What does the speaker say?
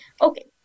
Okay